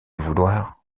vouloir